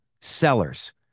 Sellers